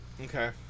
Okay